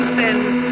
sins